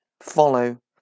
follow